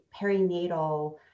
perinatal